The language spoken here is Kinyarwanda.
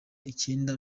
icyenda